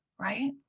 right